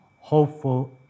hopeful